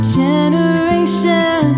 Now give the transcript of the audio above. generation